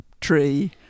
tree